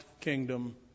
kingdom